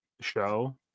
show